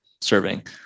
serving